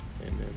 Amen